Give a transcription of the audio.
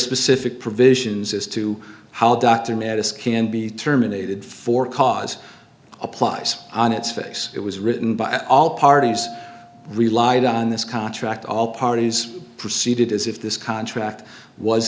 specific provisions as to how dr madison can be terminated for cause applies on its face it was written by all parties relied on this contract all parties proceeded as if this contract was